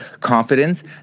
confidence